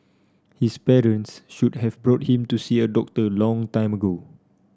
his parents should have brought him to see a doctor a long time ago